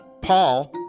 Paul